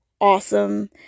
Awesome